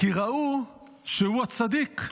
כי ראו שהוא הצדיק",